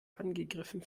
angegriffen